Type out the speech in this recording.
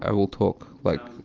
ah will talk, like,